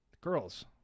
girls